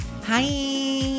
hi